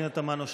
פנינה תמנו,